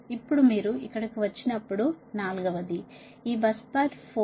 ఇప్పుడు మీరు ఇక్కడకు వచ్చినప్పుడు 4వది ఈ బస్ బార్ 4